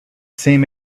same